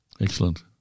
Excellent